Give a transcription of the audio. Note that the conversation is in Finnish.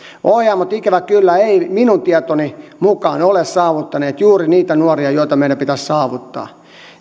ohjaamot ikävä kyllä eivät minun tietoni mukaan ole saavuttaneet juuri niitä nuoria joita meidän pitäisi saavuttaa